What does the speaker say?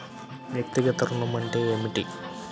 వ్యక్తిగత ఋణం అంటే ఏమిటి?